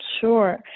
Sure